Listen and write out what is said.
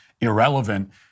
irrelevant